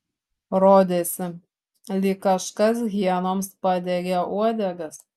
rodėsi lyg kažkas hienoms padegė uodegas